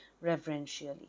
reverentially